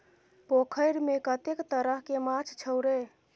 पोखैरमे कतेक तरहके माछ छौ रे?